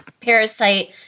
Parasite